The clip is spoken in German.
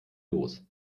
los